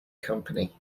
company